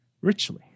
richly